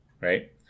right